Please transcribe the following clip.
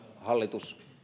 hallitus